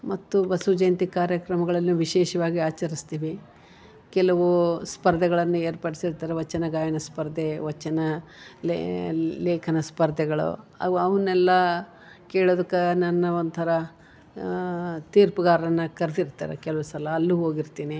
ಮತ್ತು ಬಸವ ಜಯಂತಿ ಕಾರ್ಯಕ್ರಮಗಳನ್ನು ವಿಶೇಷವಾಗಿ ಆಚರ್ಸ್ತಿವಿ ಕೆಲವು ಸ್ಪರ್ಧೆಗಳನ್ನು ಏರ್ಪಡಿಸಿರ್ತಾರೆ ವಚನ ಗಾಯನ ಸ್ಪರ್ಧೆ ವಚನ ಲೇಖನ ಸ್ಪರ್ಧೆಗಳು ಅವ ಅವನ್ನೆಲ್ಲ ಕೇಳೋದಕ್ಕ ನನ್ನ ಒಂಥರ ತೀರ್ಪುಗಾರನ್ನಾಗಿ ಕರ್ಸಿರ್ತಾರೆ ಕೆಲವು ಸಲ ಅಲ್ಲೂ ಹೋಗಿರ್ತೀನಿ